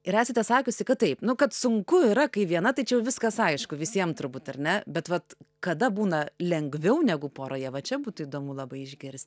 ir esate sakiusi kad taip nu kad sunku yra kai viena tai čia jau viskas aišku visiem turbūt ar ne bet vat kada būna lengviau negu poroje va čia būtų įdomu labai išgirsti